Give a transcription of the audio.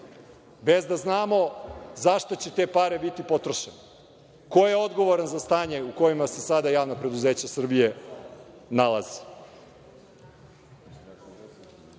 bez da znamo za šta će te pare biti potrošene, ko je odgovoran za stanje u kojima se sada javna preduzeća Srbije nalaze. Hajde